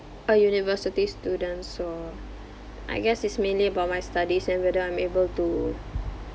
a university student so I guess it's mainly about my studies and whether I'm able to